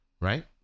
Right